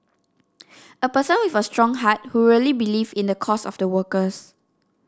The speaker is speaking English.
a person with a strong heart who really believe in the cause of the workers